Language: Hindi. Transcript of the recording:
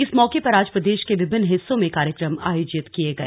इस मौके पर आज प्रदेश के विभिन्न हिस्सों में कार्यक्रम आयोजित किए गए